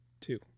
Two